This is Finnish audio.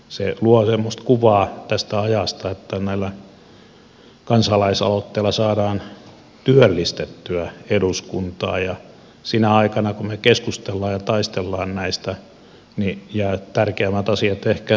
se luo semmoista kuvaa tästä ajasta että näillä kansalaisaloitteilla saadaan työllistettyä eduskuntaa ja sinä aikana kun me keskustelemme ja taistelemme näistä jäävät tärkeämmät asiat ehkä ratkaisematta